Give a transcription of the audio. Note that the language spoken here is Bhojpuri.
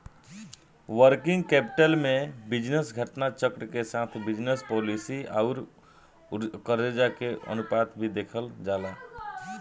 वर्किंग कैपिटल में बिजनेस घटना चक्र के साथ बिजनस पॉलिसी आउर करजा के अनुपात भी देखल जाला